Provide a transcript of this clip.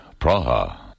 Praha